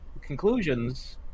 conclusions